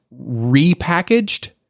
repackaged